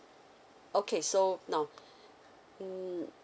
okay so now mm